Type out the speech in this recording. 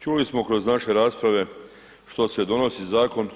Čuli smo kroz naše rasprave zašto se donosi zakon.